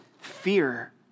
fear